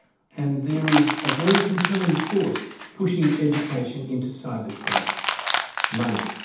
and there is a very compelling force pushing education into cyberspace money.